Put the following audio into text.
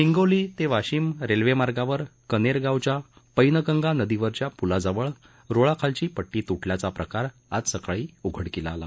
हिंगोली ते वाशिम रेल्वे मार्गावर कनेरगावच्या पैनगंगा नदीवरच्या पुलाजवळ रुळाखालची पट्टी तुटल्याचा प्रकार आज सकाळी उघडकीला आला